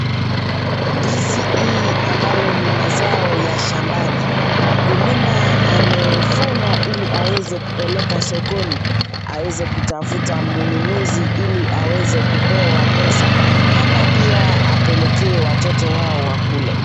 Ndizi hili ambalo ni mazao ya shambani. Mkulima amevuna ili aweze kupeleka sokoni aeze kutafuta mnunuzi ili aweze kupewa pesa ama pia apelekee watoto wao wakule.